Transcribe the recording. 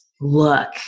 look